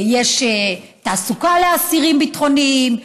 יש תעסוקה לאסירים ביטחוניים,